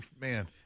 man